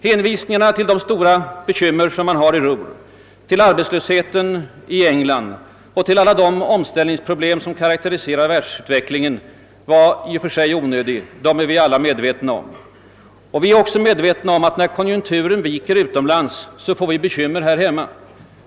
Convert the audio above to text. Hänvisningarna till de stora bekymmer som man har i Runhr, till arbetslösheten i England och till alla de omställningsproblem som karakteriserar världens utveckling var i och för sig onödiga — de problemen är vi alla medvetna om. Vi vet också att vi får bekymmer här hemma när konjunkturen viker utomlands.